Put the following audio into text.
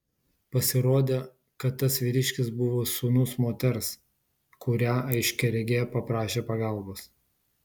pasirodė kad tas vyriškis buvo sūnus moters kurią aiškiaregė paprašė pagalbos